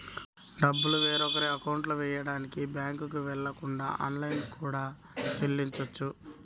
డబ్బుని వేరొకరి అకౌంట్లో వెయ్యడానికి బ్యేంకుకి వెళ్ళకుండా ఆన్లైన్లో కూడా చెల్లించొచ్చు